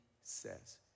says